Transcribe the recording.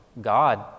God